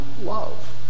love